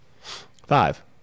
Five